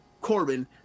Corbin